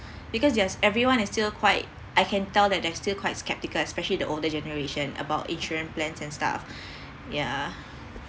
because just everyone is still quite I can tell that they're still quite skeptical especially the older generation about insurance plans and stuff yeah